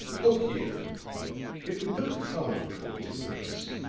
look here if we put a comma between the two words,